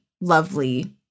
lovely